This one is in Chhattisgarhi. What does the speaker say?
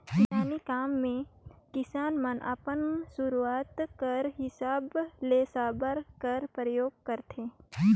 किसानी काम मे किसान मन अपन जरूरत कर हिसाब ले साबर कर परियोग करथे